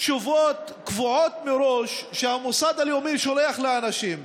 תשובות קבועות מראש שהמוסד לביטוח לאומי שולח לאנשים.